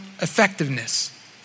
effectiveness